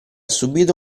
subito